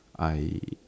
I